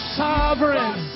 sovereign